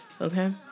okay